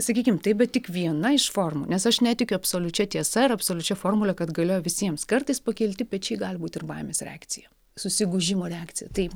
sakykim taip bet tik viena iš formų nes aš netikiu absoliučia tiesa ir absoliučia formule kad galioja visiems kartais pakelti pečiai gali būt ir baimės reakcija susigūžimo reakcija taip